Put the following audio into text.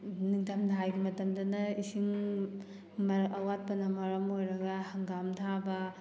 ꯅꯤꯡꯊꯝꯊꯥꯒꯤ ꯃꯇꯝꯗꯅ ꯏꯁꯤꯡ ꯑꯋꯥꯠꯄꯅ ꯃꯔꯝ ꯑꯣꯏꯔꯒ ꯍꯪꯒꯥꯝ ꯊꯥꯕ